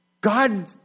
God